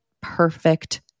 perfect